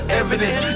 evidence